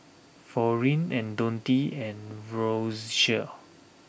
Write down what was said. Florine and Dionte and Roscoe